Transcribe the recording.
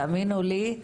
תאמינו לי,